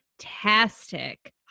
fantastic